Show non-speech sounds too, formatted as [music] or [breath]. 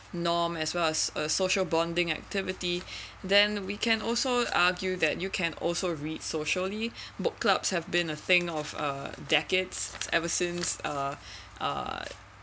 norm as a social bonding activity then we can also argue that you can also read socially book clubs have been a thing of a decades ever since uh [breath] uh